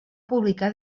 publicar